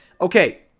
Okay